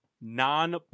non